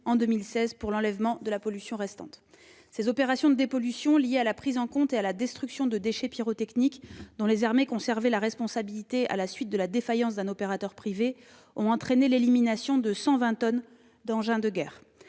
en 2016 pour l'enlèvement de la pollution restante. Ces opérations de dépollution, liées à la prise en compte et à la destruction de déchets pyrotechniques, dont les armées conservaient la responsabilité à la suite de la défaillance d'un opérateur privé, ont entraîné l'élimination de 120 tonnes d'engins de guerre.